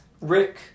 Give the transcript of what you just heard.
Rick